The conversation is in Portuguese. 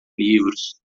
livros